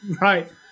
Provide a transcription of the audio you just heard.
Right